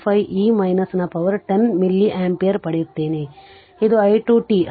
25 e ನ power 10 milliampere ಪಡೆಯುತ್ತೇನೆ ಇದು i 2 t